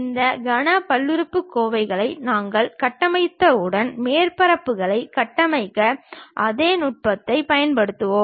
இந்த கனப் பல்லுறுப்புக்கோவைகளை நாங்கள் கட்டமைத்தவுடன் மேற்பரப்புகளைக் கட்டமைக்க அதே நுட்பத்தைப் பயன்படுத்துவோம்